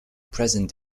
present